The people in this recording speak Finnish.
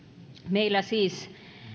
meillä siis